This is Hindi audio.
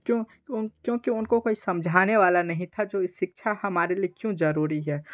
क्यों क्योंकि उनका कोई समझाने वाला नहीं था जो इस शिक्षा हमारे लिए क्यों ज़रूरी है